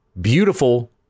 beautiful